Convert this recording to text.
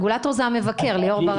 הרגולטור זה המבקר, ליאור ברק.